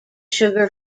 sugar